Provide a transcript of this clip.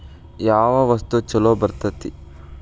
ಯಾವ ವಸ್ತು ಛಲೋ ಬರ್ತೇತಿ?